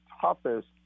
toughest